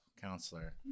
counselor